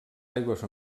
aigües